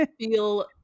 Feel